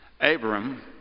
Abram